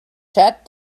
shut